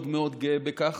מאוד מאוד גאה בכך